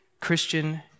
Christian